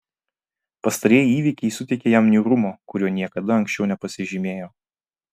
pastarieji įvykiai suteikė jam niūrumo kuriuo niekada anksčiau nepasižymėjo